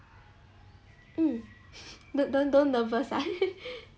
mm don't don't nervous ah